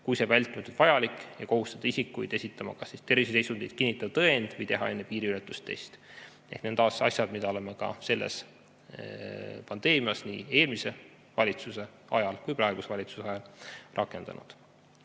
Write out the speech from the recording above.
kui see on vältimatult vajalik, ja kohustada isikuid esitama kas terviseseisundit kinnitav tõend või teha enne piiriületust test. Need on taas sellised asjad, mida oleme ka selle pandeemia korral nii eelmise valitsuse ajal kui praeguse valitsuse ajal rakendanud.